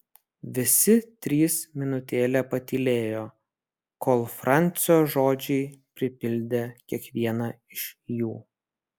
visi trys minutėlę patylėjo kol francio žodžiai pripildė kiekvieną iš jų